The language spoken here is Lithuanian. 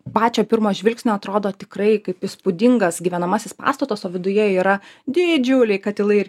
pačio pirmo žvilgsnio atrodo tikrai kaip įspūdingas gyvenamasis pastatas o viduje yra didžiuliai katilai ir